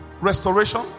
restoration